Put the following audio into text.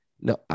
no